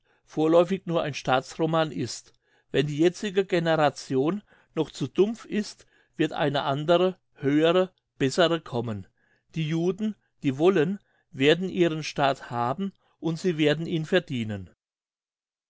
vorläufig nur ein staatsroman ist wenn die jetzige generation noch zu dumpf ist wird eine andere höhere bessere kommen die juden die wollen werden ihren staat haben und sie werden ihn verdienen